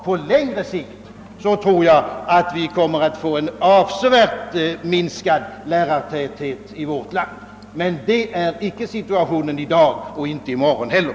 På längre sikt tror jag att vi kommer att få en avsevärt minskad lärartäthet i vårt land, men det är icke möjligt i dag och inte i morgon heller.